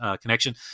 connection